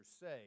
say